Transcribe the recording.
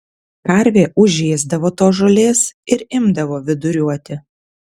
karvė užėsdavo tos žolės ir imdavo viduriuoti